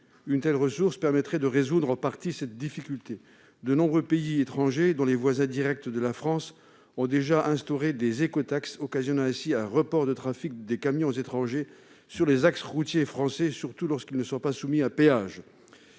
Une telle ressource permettrait de résoudre en partie cette difficulté. De nombreux pays étrangers, notamment les voisins directs de la France, ont déjà instauré des écotaxes, occasionnant ainsi un report du trafic des camions étrangers sur les axes routiers français, surtout lorsque ceux-ci ne sont pas soumis à péage.